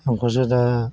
आंखौसो दा